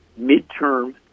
midterm